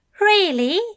Really